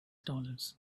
dollars